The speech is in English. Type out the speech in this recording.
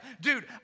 dude